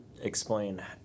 explain